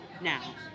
Now